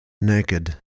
naked